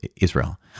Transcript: Israel